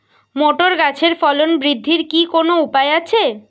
Motor গাছের ফলন বৃদ্ধির কি কোনো উপায় আছে?